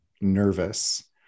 nervous